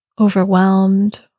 overwhelmed